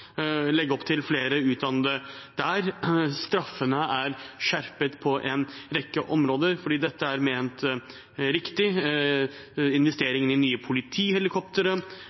legge opp til flere utdannede der, straffene er skjerpet på en rekke områder fordi en har ment at det er riktig, investeringene i nye politihelikoptre,